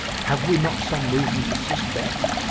have we not some reason to suspect,